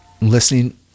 listening